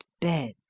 bed